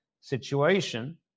situation